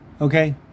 okay